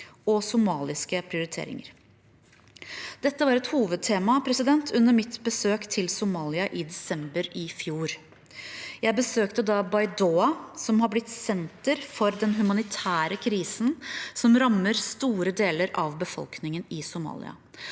og somaliske prioriteringer. Dette var et hovedtema under mitt besøk til Somalia i desember i fjor. Jeg besøkte da Baidoa, som er blitt senter for den humanitære krisen som rammer store deler av befolkningen i Somalia.